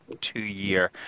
two-year